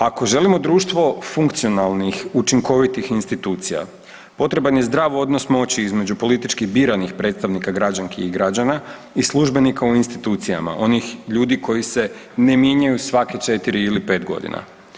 Ako želimo društvo funkcionalnih, učinkovitih institucija potreban je zdrav odnos moći između politički biranih predstavnika građanki i građana i službenika u institucijama, onih ljudi koji se ne mijenjaju svakih četiri ili pet godina.